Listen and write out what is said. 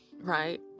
right